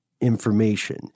information